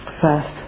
first